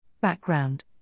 Background